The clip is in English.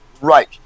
Right